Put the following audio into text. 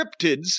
cryptids